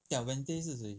ya wednesday 是谁